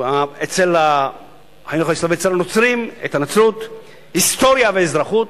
ואצל הנוצרים את הנצרות, היסטוריה ואזרחות,